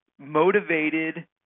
motivated